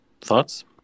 Thoughts